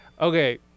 okay